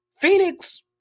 Phoenix